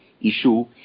issue